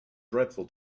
dreadful